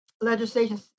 legislation